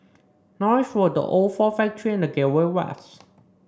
Norris Road The Old Ford Factory and The Gateway West